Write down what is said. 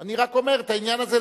אני רק אומר את העניין הזה,